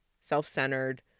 self-centered